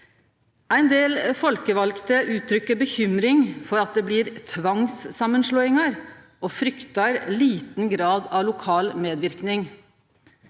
Ein del folkevalde er bekymra for at det blir tvangssamanslåingar, og fryktar liten grad av lokal medverknad.